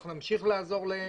אנחנו נמשיך לעזור להם.